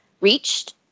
reached